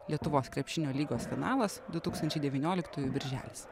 lietuvos krepšinio lygos finalas du tūkstančiai devynioliktųjų birželis